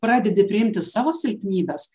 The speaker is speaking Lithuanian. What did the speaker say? pradedi priimti savo silpnybes